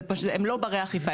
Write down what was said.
הם לא ברי אכיפה.